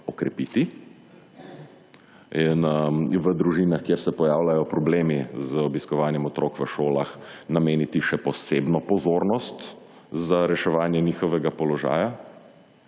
okrepiti. V družinah, kjer se pojavljajo problemi z obiskovanjem otrok v šolah nameniti še posebno pozornost za reševanje njihovega položaja.